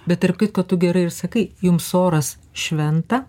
bet tarp kitko tu gera ir sakai jums oras šventa